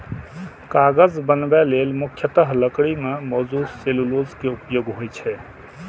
कागज बनबै लेल मुख्यतः लकड़ी मे मौजूद सेलुलोज के उपयोग होइ छै